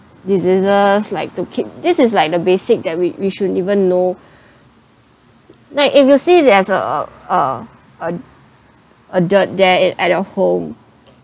diseases like to keep this is like the basic that we we should even know like if you see there's uh uh uh uh dirt there it at your home